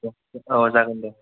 अह जागोन दे